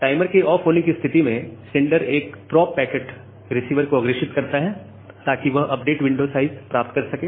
timer के off होने की स्थिति में सेंडर एक प्रोब पैकेट रिसीवर को अग्रेषित करता है ताकि वह अपडेटेड विंडो साइज प्राप्त कर सके